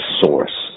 source